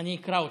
ואני אקרא אותו.